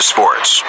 Sports